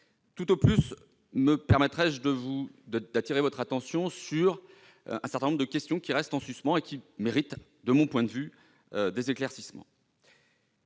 Tout au plus me permettrai-je d'attirer votre attention sur certaines questions qui restent en suspens et méritent, à mon sens, des éclaircissements.